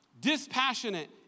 Dispassionate